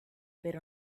pero